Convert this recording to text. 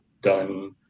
done